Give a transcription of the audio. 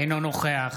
אינו נוכח